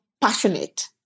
passionate